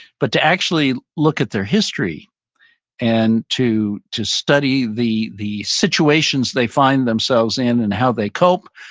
but to actually look at their history and to to study the the situations they find themselves in and how they cope,